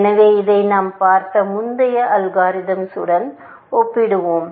எனவே இதை நாம் பார்த்த முந்தைய அல்காரிதம்ஸ்உடன் ஒப்பிடுவோம்